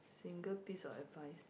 single piece of advice